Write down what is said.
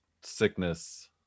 sickness